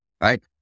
Right